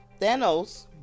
Thanos